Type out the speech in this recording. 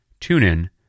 TuneIn